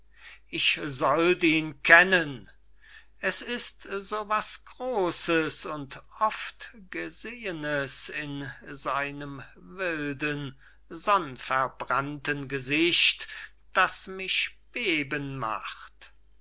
ich sollt ihn kennen es ist so was groses und oft gesehenes in seinem wilden sonnverbrannten gesicht das mich beben macht